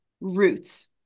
roots